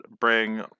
bring